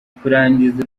kurangiza